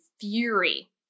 fury